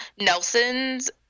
Nelson's